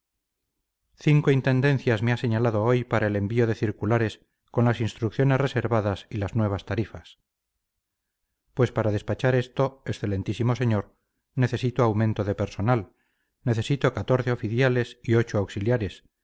cinco intendencias me ha señalado hoy para el envío de circulares con las instrucciones reservadas y las nuevas tarifas pues para despachar esto excelentísimo señor necesito aumento de personal necesito catorce oficiales y ocho auxiliares